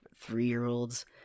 three-year-olds